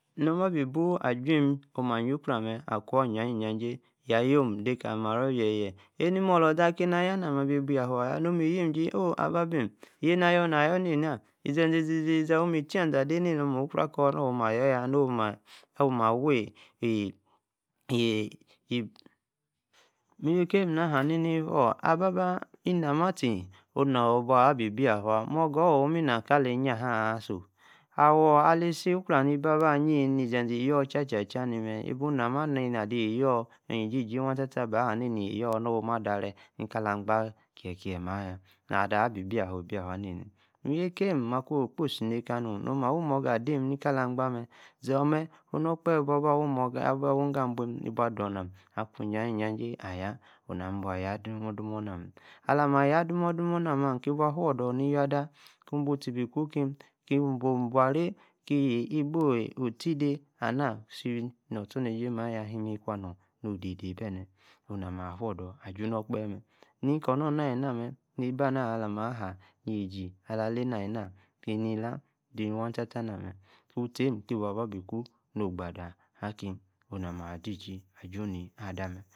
Nomaa-bi buo ajume-omaa ayi-okro amaa. akwa. íjaj́ija-jay. ya-yomm. dee-kali-ma-ro. yeye. enemo-olorzaa. ke-naa. ayaa no-mee. mabi. buo. yafaa. ayaa. nom-mí. yim-j́ím oh-ababim. yeye-naa-ayor. naa ayor nenaa. zeze-izízaa. oh-mi. tíaza-ade-neno. mokro. akor-no. maa-ayor-yaa. no-maa. wi-ee iwi-kem. ahaa. ni-ni hoow. ababa. ena-maa-tee onor bwo-bí bwoa. yofaa. morga. omina-kali. nyahasoo awor. ala-sí. okro amee ebi aba-ayee. ni-zeze iyoor. tiatiatiaa. ni-mee. ibu nama-nena. de iyoor. ni-gége-tataa. baa-haa nee yoor. no-maa daree kala. agba. okiekie-mee-ayaa. na de. abi-buo-yataa. buo-ataa ne-nà. míwíkem makwaa. okposi nekaa nom. nomi-morga adím. níka-laa-agbaa-mee zo-ome. onu. ru-okpahe. ību ba-awoí-abua-mi. ibua-adonam akwaa. ij̀ajijay. ayaa-dumo-dumo namee. alami. ayaa dumo. naa-mee. nkí bua. afu-odor. níyia-ada. kuu. buu. utee bi kuu. kimmi-kí-yom-buary. ki-yee ebi-otide. anaa si. nostornejie maa-yaa. nkua no-odede bene. onu-naa-ami afuu-don aju-nor okpahe-mee. níkor-nor-naa maa. nebaa-amaa. ala-maa haa. neíj́í. ala-lane-naa kane ní-laah de. waa-tataa. uttee-ami. tee bua bi kuu. moo-gbadaa akim. onuu-naami adiji. aj́u na-ada